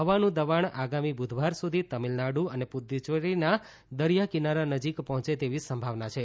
હવાનું દબાણ આગામી બુધવાર સુધી તમિલનાડુ અને પુદુચેરીના દરિયાકિનારા નજીક પર્હોંચે તેવી સંભાવના છે